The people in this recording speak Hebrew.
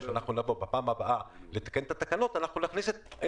אנחנו בהחלט נותנים את דעתנו לעניין.